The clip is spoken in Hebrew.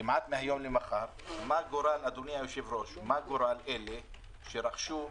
כמעט מהיום למחר, מה גורל אלה שרכשו-